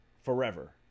Forever